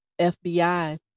FBI